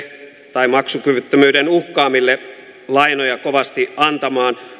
tai maksukyvyttömyyden uhkaamille lainoja kovasti antamaan